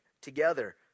together